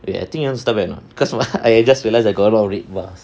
eh I think you want to start back or not cause I just realise I got a lot of red bars